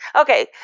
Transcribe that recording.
Okay